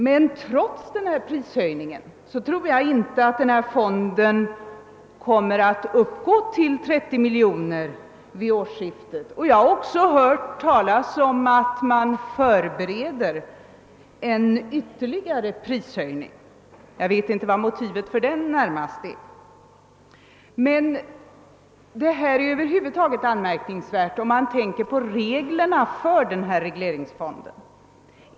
Men trots prishöjningen tror jag inte att fonden kommer att uppgå till 30 miljoner vid årsskiftet, och jag har också hört talas om att man förbereder en ytterligare prishöjning — jag vet inte vilket mo tivet för den närmast är. Det är över huvud taget anmärkningsvärt med tanke på reglerna för regleringsfonden.